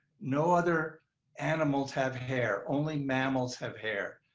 no other animals have hair, only mammals have hair.